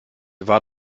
war